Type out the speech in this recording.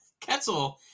Ketzel